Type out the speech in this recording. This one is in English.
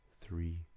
three